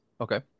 Okay